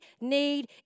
need